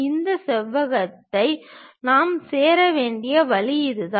இந்த செவ்வகங்களில் நாம் சேர வேண்டிய வழி அதுதான்